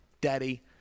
Daddy